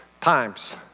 times